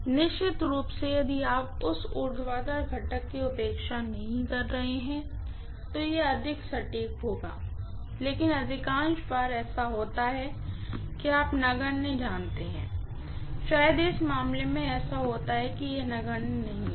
निश्चित रूप से यदि आप उस ऊर्ध्वाधर घटक की उपेक्षा नहीं करते हैं तो यह अधिक सटीक होगा लेकिन अधिकांश बार ऐसा होता है कि आप नगण्य जानते हैं शायद इस मामले में ऐसा होता है कि यह नगण्य नहीं है